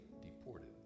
deported